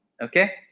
okay